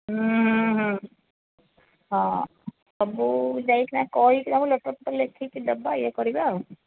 ହୁଁ ହୁଁ ହୁଁ ହଁ ସବୁ ଯାଇକିନା ତାଙ୍କୁ କହିକି ଲେଟର୍ ଫେଟର ଲେଖିକି ଦେବା ଇଏ କରିବା